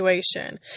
situation